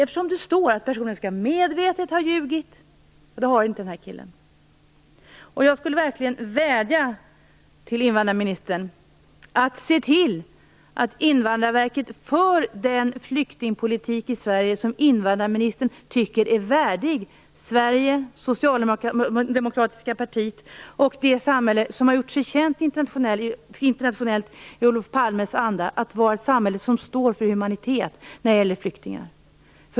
Det står nämligen att personen medvetet skall ha ljugit, vilket denna kille inte har gjort. Sverige som invandrarministern tycker är värdig Sverige, det socialdemokratiska partiet och det samhälle som har gjort sig känt internationellt i Olof Palmes anda att vara ett samhälle som står för humanitet när det gäller flyktingar.